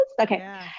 Okay